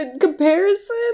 comparison